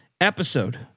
episode